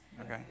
okay